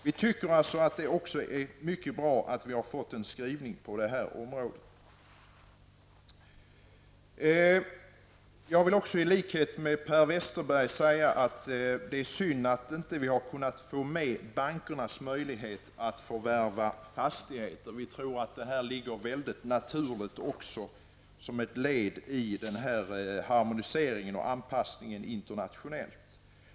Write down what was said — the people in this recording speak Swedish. Vi tycker alltså att det är mycket bra att det har varit möjligt att få till stånd en skrivning i detta sammanhang. I likhet med Per Westerberg tycker också jag att det är synd att vi inte har kunnat få med bankernas möjligheter att förvärva fastigheter. Vi tror att det är ett naturligt led i harmoniseringen och den internationella anpassningen.